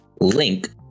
link